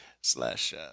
slash